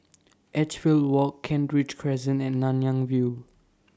Edgefield Walk Kent Ridge Crescent and Nanyang View